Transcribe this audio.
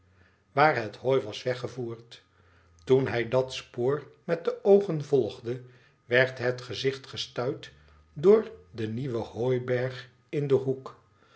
waar het hooi was weggevoerd toen hij dat spoor met de oogen volgde werd het gezicht gestuit door den nieuwen hooiberg in den hoek